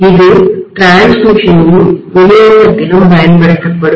இது பரிமாற்றடிரான்ஸ்மிஷன்த்திலும் விநியோகத்திலும் பயன்படுத்தப்படும்